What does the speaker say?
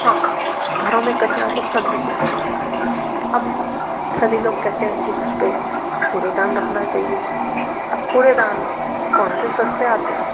हाँ घरों में कचरा तो सभी के होता है अब सभी लोग कहते हैं जी घर पर कूड़ेदान रखना चाहिए अब कूड़ेदान कौन से सस्ते आते हैं